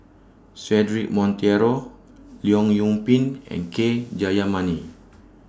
Cedric Monteiro Leong Yoon Pin and K Jayamani